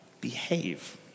behave